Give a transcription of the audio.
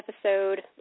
episode